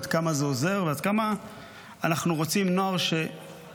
עד כמה זה עוזר ועד כמה אנחנו רוצים נוער שיבוא